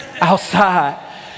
outside